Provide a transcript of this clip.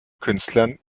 künstlern